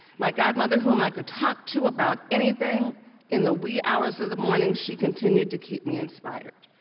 my godmother, whom i could talk to about anything in the wee hours of the morning, she continued to keep me inspired.